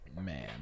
Man